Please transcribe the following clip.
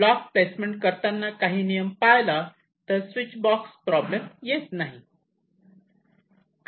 block placement करताना काही नियम पाळला तर स्विच बॉक्स प्रॉब्लेम येत नाही